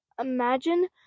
imagine